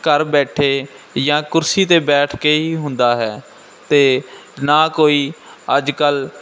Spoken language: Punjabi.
ਘਰ ਬੈਠੇ ਜਾਂ ਕੁਰਸੀ 'ਤੇ ਬੈਠ ਕੇ ਹੀ ਹੁੰਦਾ ਹੈ ਅਤੇ ਨਾ ਕੋਈ ਅੱਜ ਕੱਲ੍ਹ